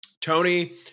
Tony